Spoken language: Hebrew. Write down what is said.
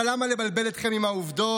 אבל למה לבלבל אתכם עם העובדות?